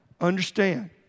understand